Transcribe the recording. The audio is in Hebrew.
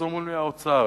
אומרים לי: האוצר,